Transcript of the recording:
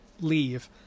leave